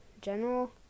General